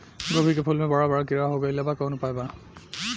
गोभी के फूल मे बड़ा बड़ा कीड़ा हो गइलबा कवन उपाय बा?